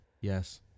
Yes